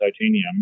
titanium